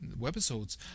webisodes